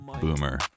Boomer